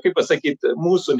kaip pasakyt mūsų